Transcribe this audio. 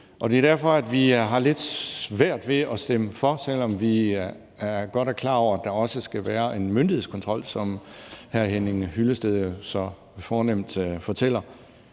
Det er derfor, vi har lidt svært ved at stemme for, selv om vi godt er klar over, at der også skal være en myndighedskontrol, som hr. Henning Hyllested jo så fornemt fortæller.